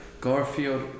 Garfield